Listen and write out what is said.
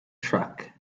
truck